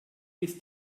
ist